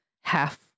half